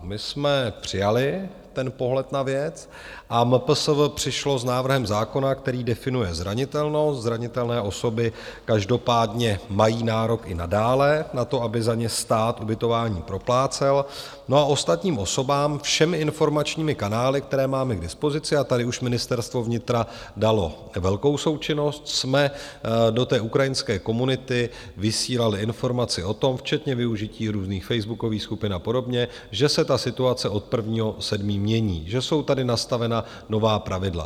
My jsme přijali ten pohled na věc a MPSV přišlo s návrhem zákona, který definuje zranitelnost zranitelné osoby každopádně mají nárok i nadále na to, aby za ně stát ubytování proplácel, a ostatním osobám všemi informačními kanály, které máme k dispozici, a tady už Ministerstvo vnitra dalo velkou součinnost, jsme do ukrajinské komunity vysílali informaci o tom, včetně využití různých facebookových skupin a podobně, že se situace od 1. 7. mění, že jsou tady nastavena nová pravidla.